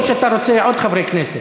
או שאתה רוצה עוד חברי כנסת?